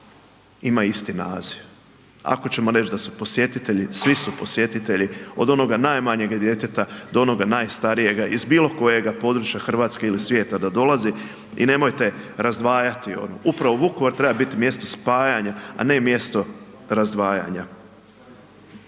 ima isti naziv. Ako ćemo reći da su posjetitelji, svi su posjetitelji od onoga najmanjega djeteta do onoga najstarijega iz bilo kojega područja Hrvatske ili svijeta da dolazi i nemojte razdvajati. Upravo Vukovar treba biti mjesto spajanja, a ne mjesto razdvajanja.